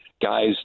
guys